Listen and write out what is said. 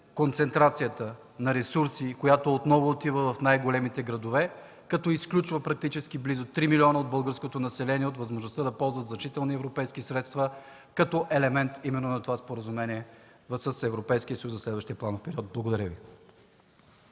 концентрацията на ресурси, която отново отива в най-големите градове, като изключва практически близо 3 милиона от българското население от възможността да ползват значителни европейски средства като елемент именно на това споразумение с Европейския съюз за следващия планов период? Благодаря Ви.